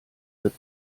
wird